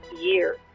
year